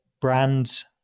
brands